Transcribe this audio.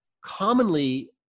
commonly